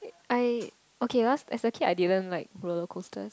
I okay last as a kid I didn't like roller coasters